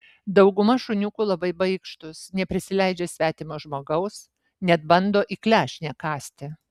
dauguma šuniukų labai baikštūs neprisileidžia svetimo žmogaus net bando į klešnę kąsti